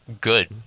good